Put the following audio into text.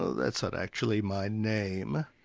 that's not actually my name,